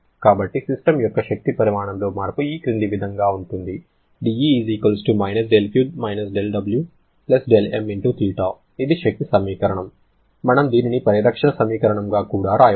కాబట్టి సిస్టమ్ యొక్క శక్తి పరిమాణంలో మార్పు ఈ క్రింది విధంగా ఉంటుంది dE δQ - δW δmθ ఇది శక్తి సమీకరణం మనం దీనిని పరిరక్షణ సమీకరణంగా కూడా వ్రాయవచ్చు